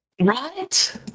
Right